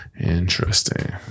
interesting